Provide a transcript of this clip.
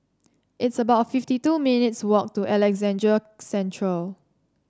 it's about fifty two minutes walk to Alexandra Central